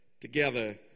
together